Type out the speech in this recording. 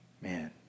Man